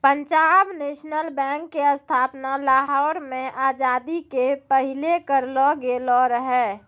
Punjab national bank के स्थापना लाहौर मे आजादी के पहिले करलो गेलो रहै